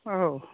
औ